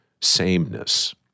sameness